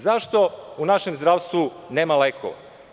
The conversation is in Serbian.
Zašto u našem zdravstvu nema lekova?